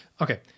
okay